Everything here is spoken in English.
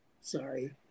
Sorry